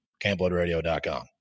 CampBloodRadio.com